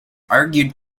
argued